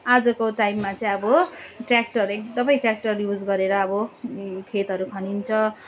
आजको टाइममा चाहिँ अब ट्य्राक्टर एकदमै ट्य्राक्टर युज गरेर अब खेतहरू खनिन्छ